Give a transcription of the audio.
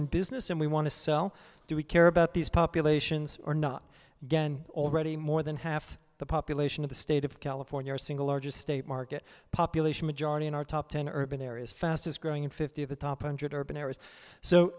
in business and we want to sell do we care about these populations or not get already more than half the population of the state of california or single largest state market population majority in our top ten urban areas fastest growing in fifty of the top hundred urban areas so